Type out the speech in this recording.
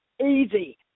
easy